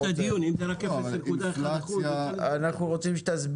אפשר לסגור את הדיון אם זה רק 0.1%. אנחנו רוצים שתסביר